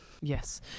Yes